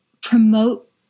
promote